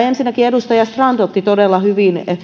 ensinnäkin edustaja strand otti todella hyvin